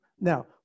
Now